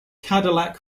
cadillac